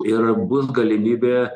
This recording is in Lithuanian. ir bus galimybė